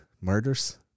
murders